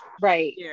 Right